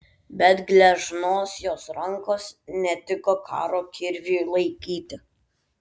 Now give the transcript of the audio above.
bet gležnos jos rankos netiko karo kirviui laikyti